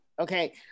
okay